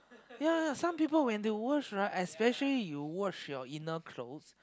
ya some people when they wash right especially you wash your inner clothes